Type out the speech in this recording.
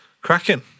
Cracking